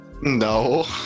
No